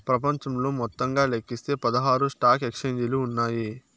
ప్రపంచంలో మొత్తంగా లెక్కిస్తే పదహారు స్టాక్ ఎక్స్చేంజిలు ఉన్నాయి